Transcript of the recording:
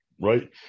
right